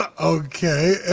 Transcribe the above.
okay